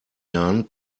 jahren